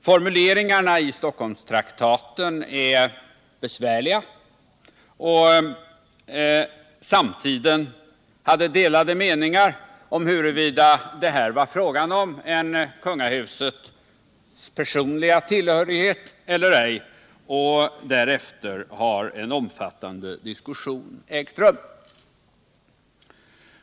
Formuleringarna i Stockholmstraktaten är besvärliga, och samtiden hade delade meningar om huruvida det här var fråga om en kungahusets personliga tillhörighet eller ej. Därefter har en omfattande diskussion ägt rum.